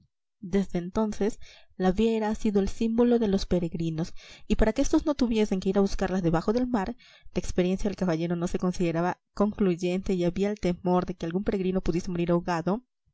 desde entonces la vieira ha sido el símbolo de los peregrinos y para que éstos no tuviesen que ir a buscarlas debajo del mar la experiencia del caballero no se consideraba concluyente y había el temor de que algún peregrino pudiese morir ahogado